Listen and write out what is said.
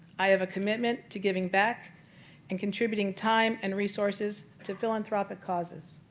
i have a commitment to giving back and contributing time and resources to philanthropic causes.